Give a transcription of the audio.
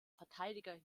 verteidiger